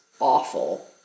awful